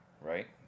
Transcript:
right